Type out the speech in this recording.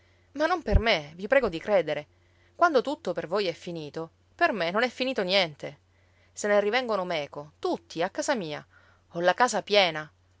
ma non per me vi prego di credere quando tutto per voi è finito per me non è finito niente se ne rivengono meco tutti a casa mia ho la casa piena